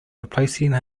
replacing